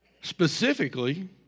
Specifically